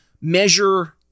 measure